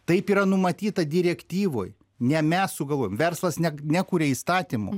taip yra numatyta direktyvoj ne mes sugalvojom verslas ne nekuria įstatymų